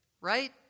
Right